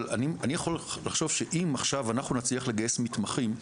אבל אני יכול לחשוב שאם עכשיו אננו נצליח לגייס מתמחים,